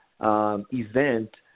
event